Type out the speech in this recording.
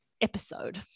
episode